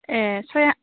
ए सय